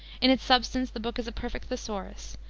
in its substance the book is a perfect thesaurus